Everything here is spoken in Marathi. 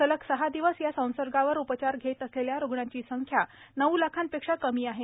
सलग सहा दिवस या संसर्गावर उपचार घेत असलेल्या रुग्णांची संख्या नऊ लाखांपेक्षा कमी आहे